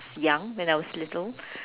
young when I was little